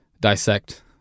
dissect